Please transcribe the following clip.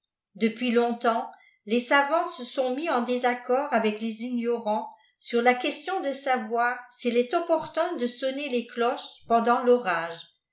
depuis longtemps les savants se sont mis en désaccord avec les ignorants sur la question de savoir s h est opportun de sonner les cloches peih dant l'orage